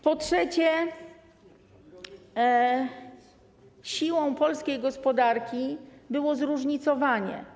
Po trzecie, siłą polskiej gospodarki było jej zróżnicowanie.